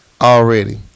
already